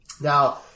Now